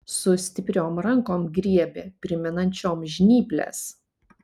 su stipriom rankom griebė primenančiom žnyples